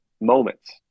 moments